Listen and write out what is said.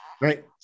Right